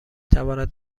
تواند